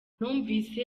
numvise